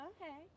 Okay